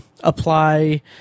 apply